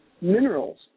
minerals